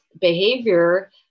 behavior